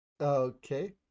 Okay